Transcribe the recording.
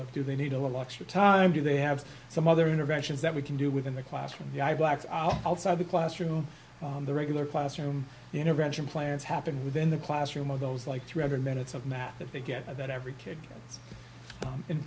of do they need a little extra time do they have some other interventions that we can do within the classroom the i blacked out side the classroom the regular classroom intervention plans happen within the classroom of those like three hundred minutes of math that they get that every kid i